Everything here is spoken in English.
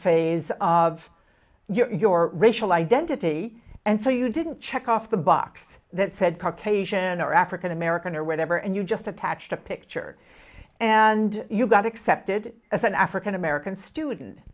phase of your your racial identity and so you didn't check off the box that said park asia and are african american or whatever and you just have patched a picture and you got accepted as an african american student